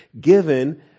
given